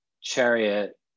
chariot